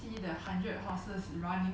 the hundred the hundred houses